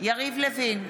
יריב לוין,